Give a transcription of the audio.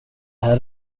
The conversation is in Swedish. här